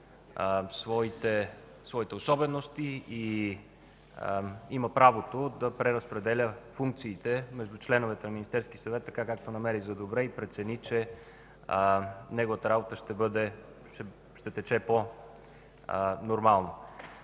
своите особености и има правото да преразпределя функциите между членовете на Министерския съвет, така както намери за добре и прецени, че неговата работа ще тече по-нормално.